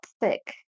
thick